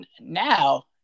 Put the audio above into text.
now